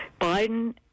Biden